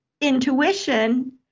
intuition